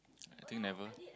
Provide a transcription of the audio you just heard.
I think never